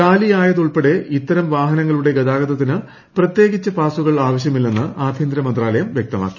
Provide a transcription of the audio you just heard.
കാലിയായതുൾപ്പെടെ ഇത്തരം വാഹനങ്ങളുടെ ഗതാഗതത്തിന് പ്രത്യേകിച്ച് പാസ്സുകൾ ആവശ്യമില്ലെന്ന് ആഭ്യന്തര മന്ത്രാലയം വ്യക്തമാക്കി